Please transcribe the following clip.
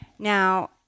Now